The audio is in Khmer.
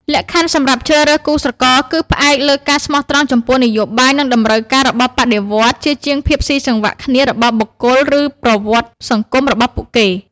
លក្ខខណ្ឌសម្រាប់ជ្រើសរើសគូស្រករគឺផ្អែកលើការស្មោះត្រង់ចំពោះនយោបាយនិងតម្រូវការរបស់បដិវត្តន៍ ជាជាងភាពស៊ីសង្វាក់គ្នារបស់បុគ្គលឬប្រវត្តិសង្គមរបស់ពួកគេ។